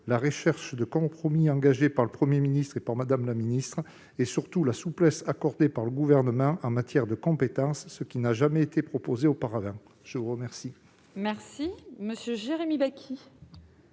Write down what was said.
la recherche de compromis engagée par le Premier ministre et par Mme la ministre ; et surtout la souplesse accordée par le Gouvernement en matière de compétences, ce qui n'a jamais été proposé auparavant. La parole est à M. Jérémy Bacchi,